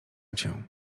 cię